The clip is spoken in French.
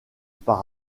par